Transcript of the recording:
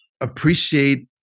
Appreciate